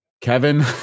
Kevin